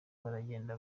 baragenda